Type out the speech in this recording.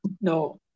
No